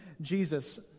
Jesus